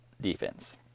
defense